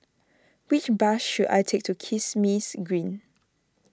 which bus should I take to Kismis Green